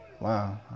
Wow